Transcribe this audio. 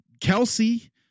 Kelsey